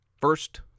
First